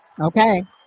Okay